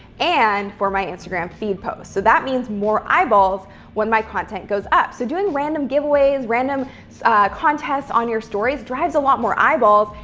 and for my instagram feed posts. so that means more eyeballs when my content goes up. so doing random giveaways, random contests on your stories, drives a lot more eyeballs,